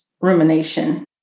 rumination